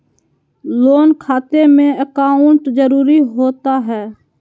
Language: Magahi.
लोन खाते में अकाउंट जरूरी होता है?